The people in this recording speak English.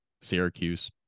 Syracuse